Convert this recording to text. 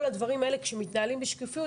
כל הדברים האלה כשמתנהלים בשקיפות,